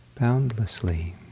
boundlessly